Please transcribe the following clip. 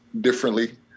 differently